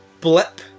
blip